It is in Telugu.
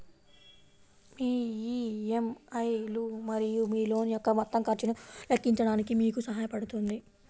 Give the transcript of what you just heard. మీ ఇ.ఎం.ఐ లు మరియు మీ లోన్ యొక్క మొత్తం ఖర్చును లెక్కించడానికి మీకు సహాయపడుతుంది